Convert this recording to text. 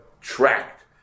tracked